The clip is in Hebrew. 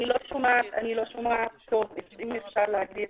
נעבור